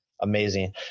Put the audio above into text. Amazing